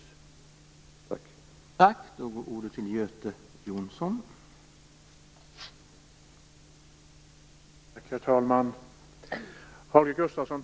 Tack.